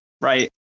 right